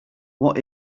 what